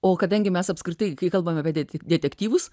o kadangi mes apskritai kalbame apie detektyvus